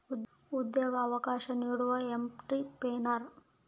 ಉದ್ಯೋಗ ಅವಕಾಶ ನೀಡೋದು ಎಂಟ್ರೆಪ್ರನರ್